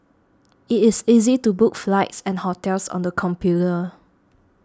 it is easy to book flights and hotels on the computer